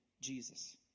Jesus